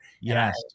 Yes